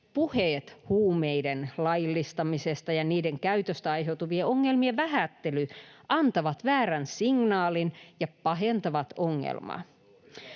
Puheet huumeiden laillistamisesta ja niiden käytöstä aiheutuvien ongelmien vähättely antavat väärän signaalin ja pahentavat ongelmaa.